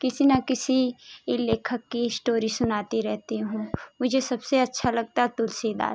किसी न किसी ई लेखक की इश्टोरी सुनाती रहती हूँ मुझे सबसे अच्छा लगता है तुलसीदास